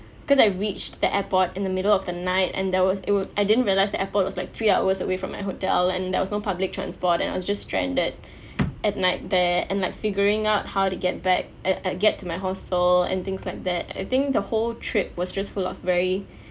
because I reached the airport in the middle of the night and there was it would I didn't realize the airport was like three hours away from my hotel and there was no public transport and I was just stranded at night there and like figuring out how to get back uh get to my hostel and things like that I think the whole trip was just full of very